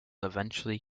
eventually